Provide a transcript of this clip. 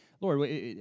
Lord